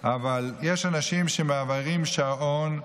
אבל יש אנשים שמעבירים שעון,